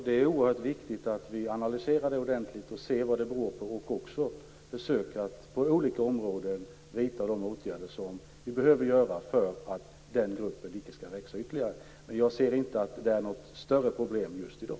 Det är oerhört viktigt att vi analyserar det här ordentligt och ser vad det beror på. Det är också viktigt att vi på olika områden försöker vidta de åtgärder som behövs för att denna grupp inte skall växa ytterligare. Jag ser dock inte att det här är något större problem just i dag.